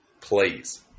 Please